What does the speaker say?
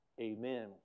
Amen